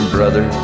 Brother